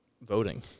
voting